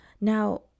Now